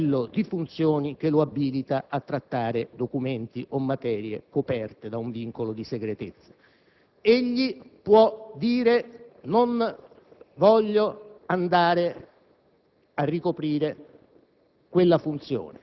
al conseguimento del livello di funzioni che lo abilita a trattare documenti o materie coperte da un vincolo di segretezza. Egli può rifiutarsi di andare